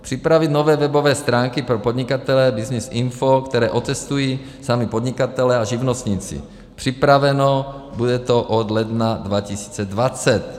Připravit nové webové stránky pro podnikatele byznysinfo, které otestují sami podnikatelé a živnostníci, připraveno, bude to od ledna 2020.